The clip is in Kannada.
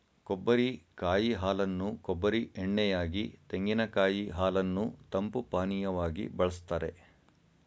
ಕೊಬ್ಬರಿ ಕಾಯಿ ಹಾಲನ್ನು ಕೊಬ್ಬರಿ ಎಣ್ಣೆ ಯಾಗಿ, ತೆಂಗಿನಕಾಯಿ ಹಾಲನ್ನು ತಂಪು ಪಾನೀಯವಾಗಿ ಬಳ್ಸತ್ತರೆ